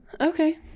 Okay